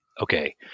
Okay